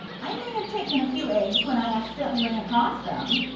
i may have taken a few eggs when i accidentally ran across them,